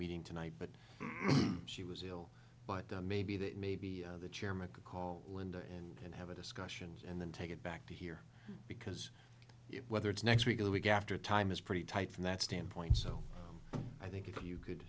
meeting tonight but she was ill but maybe that maybe the chairman could call linda and and have a discussion and then take it back to here because it whether it's next week or week after time is pretty tight from that standpoint so i think you could